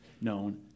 known